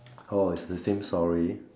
oh is the same story